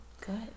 Good